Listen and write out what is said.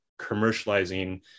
commercializing